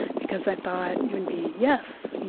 because i thought and it would be, yes,